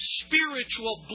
spiritual